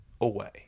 away